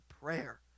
prayer